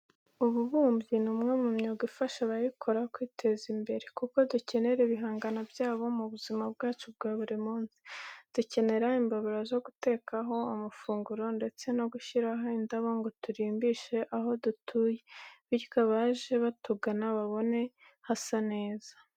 Ububumbyi ni umwe mu myuga ifasha abayikora kwiteza imbere kuko dukenera ibihangano byabo mu buzima bwacu bwa buri munsi. Dukenera imbabura zo gutekaho amafunguro ndetse naho gushyira indabo ngo turimbishe aho dutuye bityo abaje batugana babone hasa neza.